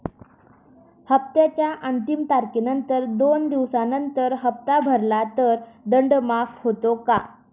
हप्त्याच्या अंतिम तारखेनंतर दोन दिवसानंतर हप्ता भरला तर दंड माफ होतो का?